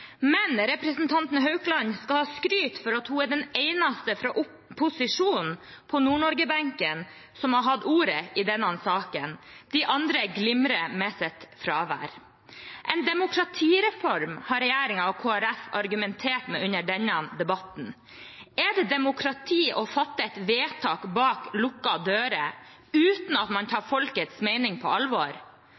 Men representanten Haukland skal ha skryt for å være den eneste fra posisjonen på Nord-Norge-benken som har tatt ordet i denne saken. De andre glimrer med sitt fravær. En demokratireform, har regjeringen og Kristelig Folkeparti argumentert med under denne debatten. Er det demokrati å fatte et vedtak bak lukkede dører uten at man tar folkets mening på alvor?